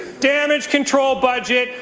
damage control budget.